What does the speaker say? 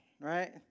right